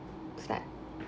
start